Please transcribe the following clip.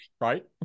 right